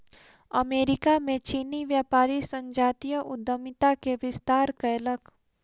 America में चीनी व्यापारी संजातीय उद्यमिता के विस्तार कयलक